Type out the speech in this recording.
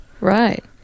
right